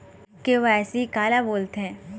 KYC काला बोलथें?